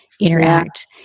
interact